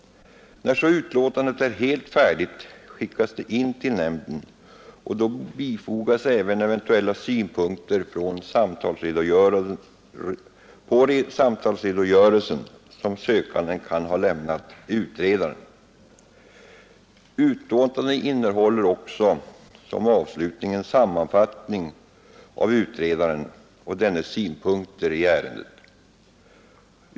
När så utlåtandet är helt färdigt skickas det in till nämnden, och då bifogas även eventuella synpunkter på samtalsredogörelsen som sökanden kan ha lämnat utredaren. Utlåtandet innehåller också som avslutning en sammanfattning och utredarens synpunkter i ärendet.